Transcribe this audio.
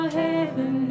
heaven